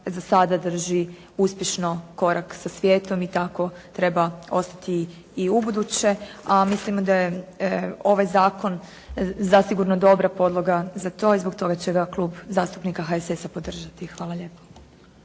za sada drži uspješno korak sa svijetom i tako treba ostati i ubuduće. A mislimo da je ovaj zakon zasigurno dobra podloga za to i zbog toga će ga Klub zastupnika HSS-a podržati. Hvala lijepo.